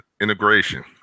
integration